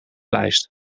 lijst